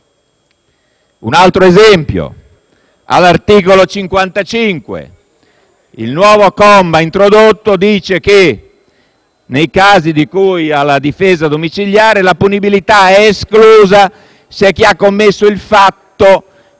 un altro esempio: all'articolo 55 il nuovo comma introdotto prevede che, nei casi di cui alla difesa domiciliare, la punibilità è esclusa se chi ha commesso il fatto